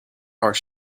are